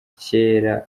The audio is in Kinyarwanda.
kera